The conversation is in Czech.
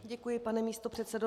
Děkuji, pane místopředsedo.